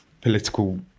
political